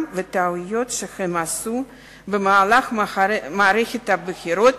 ועל הטעויות שהם עשו במהלך מערכת הבחירות